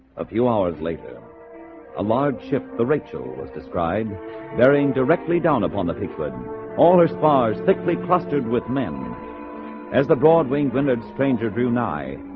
a few hours later a large ship the rachel was described bearing directly down upon that liquid all her spars thickly clustered with men um as the broad-winged wind red stranger drew nigh.